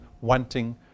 wanting